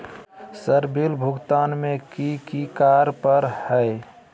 Sir bill भुगतान में की की कार्य पर हहै?